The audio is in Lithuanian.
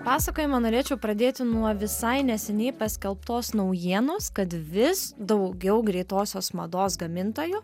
pasakojimą norėčiau pradėti nuo visai neseniai paskelbtos naujienos kad vis daugiau greitosios mados gamintojų